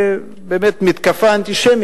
סיבות אובייקטיביות